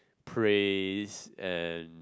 praise and